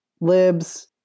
libs